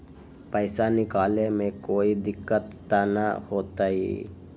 पैसा निकाले में कोई दिक्कत त न होतई?